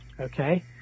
Okay